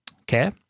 Okay